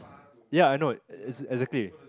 yeah I know exa~ exactly